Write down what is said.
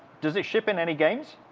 does it ship in any games?